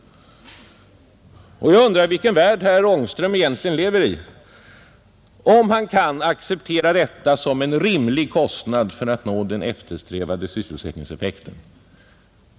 Och jag undrar vilken värld herr Ångström egentligen lever i, om han kan acceptera detta som en rimlig kostnad för att nå den eftersträvade sysselsättningseffekten.